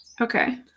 Okay